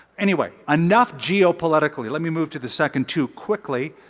anyway, enough geopolitically. let me move to the second two, quickly.